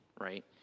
right